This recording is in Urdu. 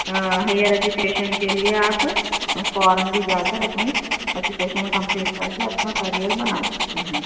ہائر ایجوکیشن کے لیے آپ فارن بھی جا کر اپنی ایجوکیشن کمپلیٹ کر کے اپنا کریئر بنا سکتی ہیں